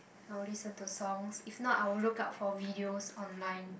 I will listen to songs if not I will look up for videos online